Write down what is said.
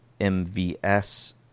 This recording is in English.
MVS